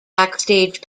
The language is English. backstage